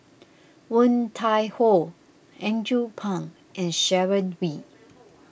Woon Tai Ho Andrew Phang and Sharon Wee